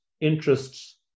interests